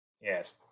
Yes